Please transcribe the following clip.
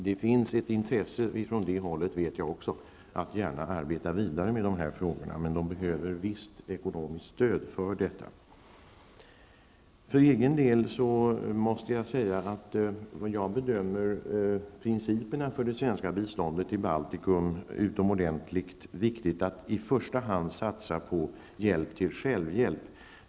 Jag vet att det också finns ett intresse av att arbeta vidare med de här frågorna, men man behöver ett visst ekonomiskt stöd för detta. För egen del måste jag säga att jag beträffande principerna för det svenska biståndet i Baltikum bedömer att det är utomordentligt viktigt att i första hand satsa på hjälp till självhjälp.